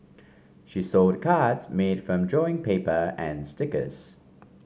she sold cards made from drawing paper and stickers